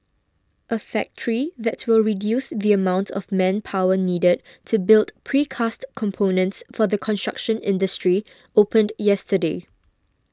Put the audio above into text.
a factory that will reduce the amount of manpower needed to build precast components for the construction industry opened yesterday